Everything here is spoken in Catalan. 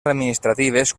administratives